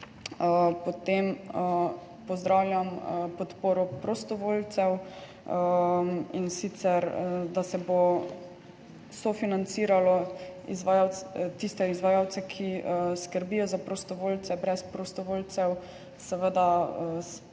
Potem pozdravljam podporo prostovoljcev, in sicer da se bo sofinanciralo tiste izvajalce, ki skrbijo za prostovoljce. Brez prostovoljcev si seveda, recimo